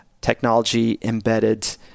technology-embedded